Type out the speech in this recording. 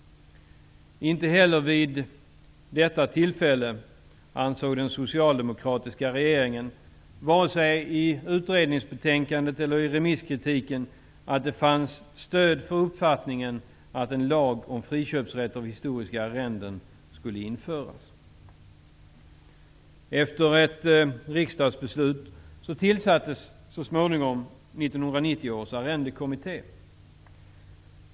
Inte heller vid detta tillfälle ansåg den socialdemokratiska regeringen -- vare sig i utredningsbetänkandet eller i remisskritiken -- att det fanns stöd för uppfattningen att en lag om friköpsrätt av historiska arrenden skulle införas. 1990-års arrendekommitté.